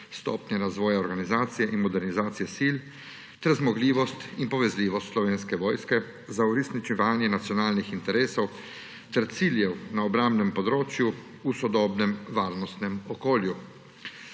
stopnje razvoja organizacije in modernizacije sil ter zmogljivost in povezljivost Slovenske vojske za uresničevanje nacionalnih interesov ter ciljev na obrambnem področju v sodobnem varnostnem okolju.